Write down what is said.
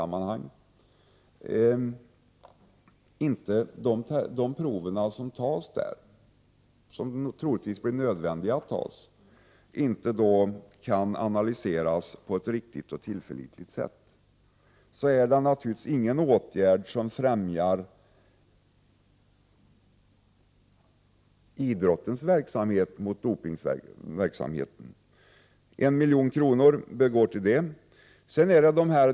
Om dessa prov, som troligtvis är nödvändiga, inte kan analyseras på ett riktigt och tillförlitligt sätt är detta naturligtvis inte något som främjar idrottsrörelsens åtgärder mot dopingverksamheten. 1 milj.kr. bör gå till detta ändamål.